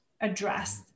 addressed